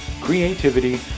creativity